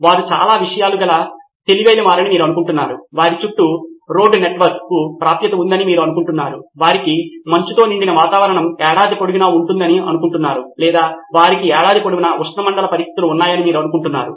వారు చాలా విషయము గల తెలివిగలవారని మీరు అనుకుంటున్నారు వారి చుట్టూ రోడ్ నెట్వర్క్కు ప్రాప్యత ఉందని మీరు అనుకుంటున్నారు వారికి మంచుతో నిండిన వాతావరణం ఏడాది పొడవునా ఉందని మీరు అనుకుంటున్నారు లేదా వారికి ఏడాది పొడవునా ఉష్ణమండల పరిస్థితులు ఉన్నాయని మీరు అనుకుంటున్నారు